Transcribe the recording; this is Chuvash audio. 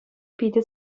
питӗ